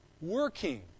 working